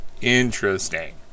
interesting